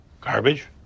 Garbage